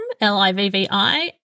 L-I-V-V-I